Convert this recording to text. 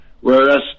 whereas